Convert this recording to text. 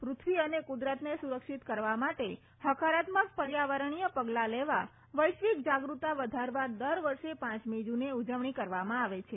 પૃથ્વી અને કુદરતને સુરક્ષિત કરવા માટે હકારાત્મક પર્યાવરણીય પગલા લેવા વૈશ્વિક જાગરૂકતા વધારવા દર વર્ષે પાંચમી જૂને ઉજવણી કરવામાં આવે છે